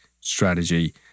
strategy